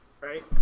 right